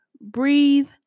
breathe